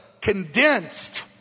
condensed